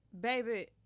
Baby